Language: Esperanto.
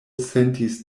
sentis